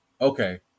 okay